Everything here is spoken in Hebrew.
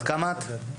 בת כמה את?